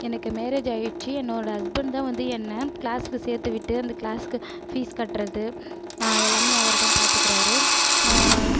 எனக்கு மேரேஜ் ஆகிடுச்சு என்னோடய ஹஸ்பண்ட் தான் வந்து என்ன கிளாஸ்சுக்கு சேர்த்து விட்டு அந்த கிளாஸ்சுக்கு பீஸ் கட்டுறது எல்லாமே அவர் தான் பார்த்துக்குறாரு